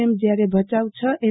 એમ જયારે ભયાઉ છ એમ